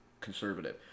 conservative